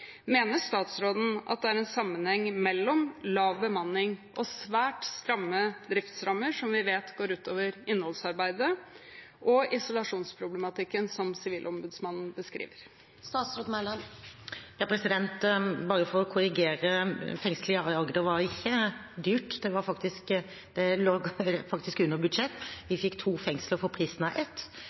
Mener statsråden at det er en sammenheng mellom lav bemanning og svært stramme driftsrammer, som vi vet går ut over innholdsarbeidet, og isolasjonsproblematikken som Sivilombudsmannen beskriver? Bare for å korrigere: Fengselet i Agder var ikke dyrt, det lå faktisk under budsjett. Vi fikk to fengsler for prisen av ett,